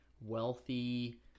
wealthy